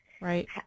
Right